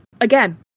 again